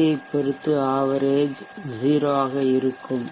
ஐப் பொருத்து ஆவரேஜ்சராசரி 0 ஆக இருக்கும்